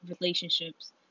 relationships